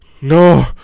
No